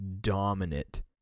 dominant